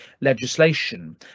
legislation